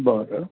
बरं